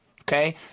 Okay